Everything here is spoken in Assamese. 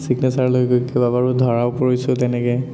ছিগনেছাৰ লৈ গৈ কেইবাবাৰ ধৰাও পৰিছোঁ তেনেকৈ